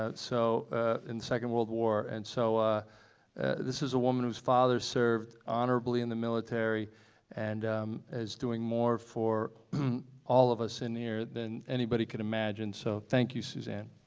ah so in the second world war. and so ah this is a woman whose father served honorably in the military and is doing more for all of us in here than anybody could imagine, so thank you suzan.